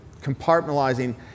compartmentalizing